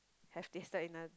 have decide none